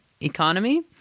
Economy